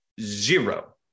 zero